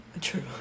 True